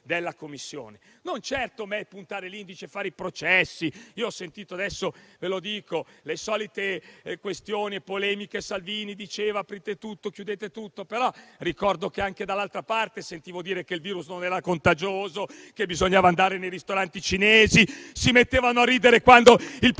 non certo puntare l'indice e fare i processi. Ho ascoltato adesso le solite questioni e polemiche su Salvini che diceva "aprite tutto, chiudete tutto". Ricordo però che anche dall'altra parte sentivo dire che il virus non era contagioso, che bisognava andare nei ristoranti cinesi. Si misero a ridere quando il presidente